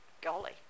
Golly